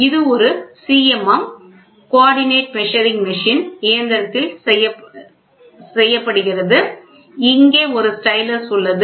இது ஒரு CMM இயந்திரத்தில் செய்யப்படுகிறது இங்கே ஒரு ஸ்டைலஸ் உள்ளது